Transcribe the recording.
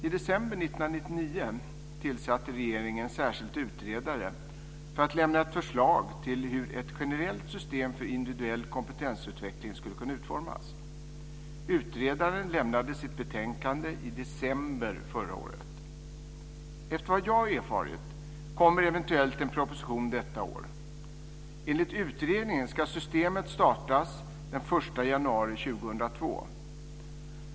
I december 1999 tillsatte regeringen en särskild utredare för att lämna ett förslag till hur ett generellt system för individuell kompetensutveckling skulle kunna utformas. Utredaren lämnade sitt betänkande i december förra året. Efter vad jag har erfarit kommer eventuellt en proposition detta år. Enligt utredningen ska systemet startas den 1 januari 2002.